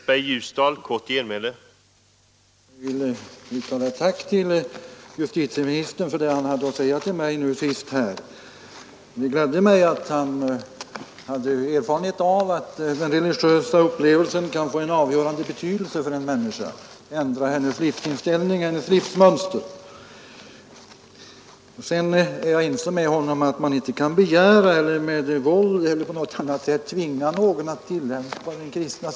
Herr talman! Jag vill rikta ett tack till justitieministern för det han hade att säga till mig nu senast. Det gladde mig att han hade erfarenhet av Fredagen den Vidare är jag ense med honom om att man inte kan med våld eller på I juni 1973 annat sätt tvinga någon att tillämpa den kristna synen. Vi har VE att den religiösa upplevelsen kan få avgörande betydelse för en människa, ändra hennes livsinställning och hennes livsmönster.